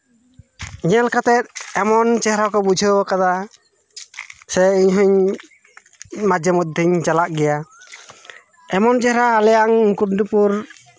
ᱧᱮᱞ ᱠᱟᱛᱮᱫ ᱮᱢᱚᱱ ᱪᱮᱦᱨᱟ ᱠᱚ ᱵᱩᱡᱷᱟᱹᱣ ᱠᱟᱫᱟ ᱥᱮ ᱤᱧ ᱦᱚᱸᱧ ᱢᱟᱡᱷᱮ ᱢᱚᱫᱽᱫᱷᱮᱧ ᱪᱟᱞᱟᱜ ᱜᱮᱭᱟ ᱮᱢᱚᱱ ᱪᱮᱦᱨᱟ ᱟᱞᱮᱭᱟᱝ ᱢᱩᱠᱩᱴᱢᱚᱱᱤᱯᱩᱨ